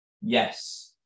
Yes